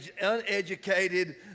uneducated